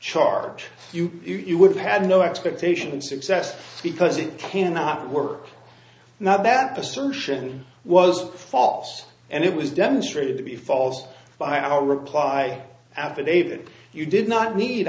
charge you you would have had no expectation of success because it cannot work now that assertion was false and it was demonstrated to be false by our reply affidavit you did not need